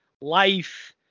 life